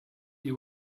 you